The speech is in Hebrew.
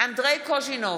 אנדרי קוז'ינוב,